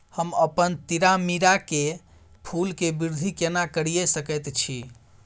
हम अपन तीरामीरा के फूल के वृद्धि केना करिये सकेत छी?